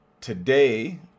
today